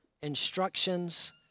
instructions